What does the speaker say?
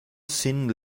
sin